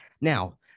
now